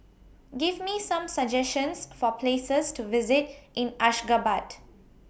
Give Me Some suggestions For Places to visit in Ashgabat